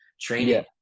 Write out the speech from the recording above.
training